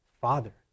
Father